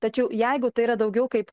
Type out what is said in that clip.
tačiau jeigu tai yra daugiau kaip